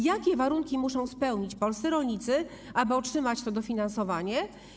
Jakie warunki muszą spełnić polscy rolnicy, aby otrzymać to dofinansowanie?